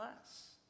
less